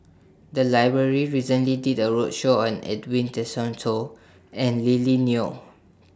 The Library recently did A roadshow on Edwin Tessensohn and Lily Neo